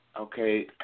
okay